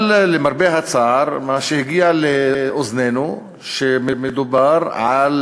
אבל למרבה הצער, מה שהגיע לאוזנינו הוא שמדובר על